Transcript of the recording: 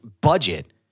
budget